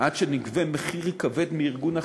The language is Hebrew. עד שנגבה מחיר כבד מארגון ה"חמאס",